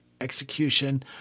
execution